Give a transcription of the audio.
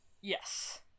Yes